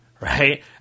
right